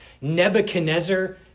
Nebuchadnezzar